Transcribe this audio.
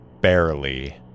barely